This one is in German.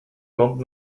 kommt